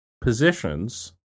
positions